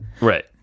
right